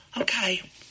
Okay